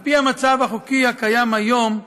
על פי המצב החוקי הקיים היום,